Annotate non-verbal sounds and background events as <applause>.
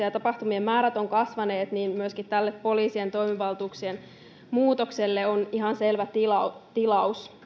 <unintelligible> ja tapahtumien määrät ovat kasvaneet myöskin tälle poliisien toimivaltuuksien muutokselle on ihan selvä tilaus